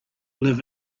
live